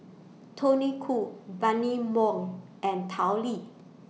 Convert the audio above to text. Tony Khoo Bani Buang and Tao Li